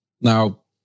Now